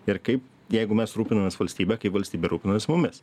ir kaip jeigu mes rūpinamės valstybe kai valstybė rūpinasi mumis